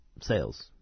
sales